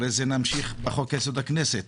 נמשיך בחוק יסוד: הכנסת,